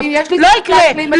לא יקרה.